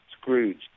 Scrooge